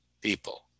people